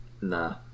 Nah